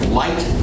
light